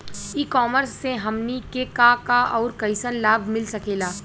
ई कॉमर्स से हमनी के का का अउर कइसन लाभ मिल सकेला?